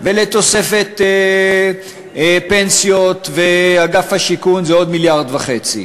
ולתוספת פנסיות ואגף השיכון זה עוד מיליארד וחצי,